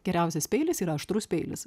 geriausias peilis yra aštrus peilis